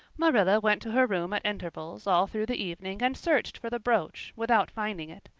marilla went to her room at intervals all through the evening and searched for the brooch, without finding it.